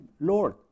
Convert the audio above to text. Lord